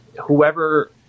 whoever